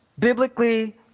Biblically